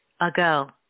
ago